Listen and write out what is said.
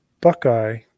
Buckeye